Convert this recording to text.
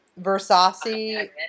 Versace